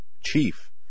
chief